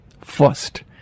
First